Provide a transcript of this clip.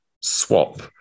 swap